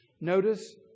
Notice